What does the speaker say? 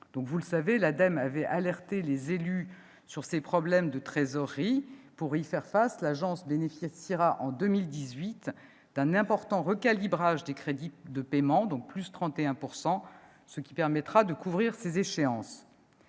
Vous le savez, l'ADEME avait alerté les élus sur ses problèmes de trésorerie. Pour y faire face, elle bénéficiera, en 2018, d'un important recalibrage de ses crédits de paiement, en augmentation de 31 %, ce qui lui permettra de couvrir ses échéances.